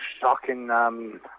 shocking